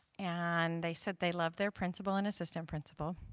and they said they love their principal and assistant principal